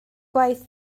gwaith